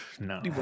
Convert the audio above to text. No